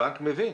הבנק מבין.